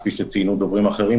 כפי שציינו דוברים אחרים,